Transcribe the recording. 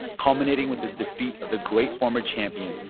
culminating with his defeat of the great former champion,